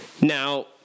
Now